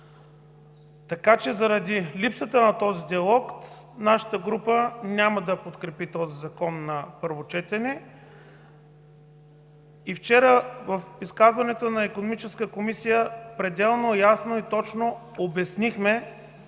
залата. Заради липсата на този диалог нашата група няма да подкрепи този закон на първо четене. Вчера в изказването си в Икономическата комисия пределно ясно и точно обяснихме